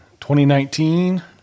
2019